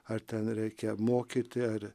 ar ten reikia mokyti ar